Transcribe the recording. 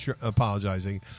apologizing